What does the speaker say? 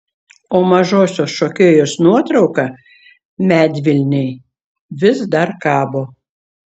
o mažosios šokėjos nuotrauka medvilnėj vis dar kabo